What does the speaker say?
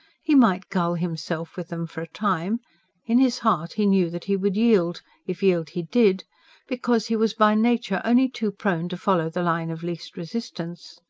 he might gull himself with them for a time in his heart he knew that he would yield if yield he did because he was by nature only too prone to follow the line of least resistance.